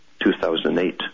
2008